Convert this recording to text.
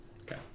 Okay